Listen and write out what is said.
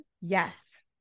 Yes